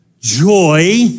joy